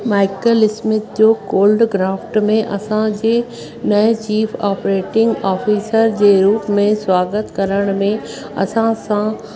Michael Smith जो Cold Craft में असांजे नए चीफ ऑपरेटिंग ऑफीसर जे रूप में स्वागत करण में असां सां